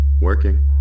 Working